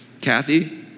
Kathy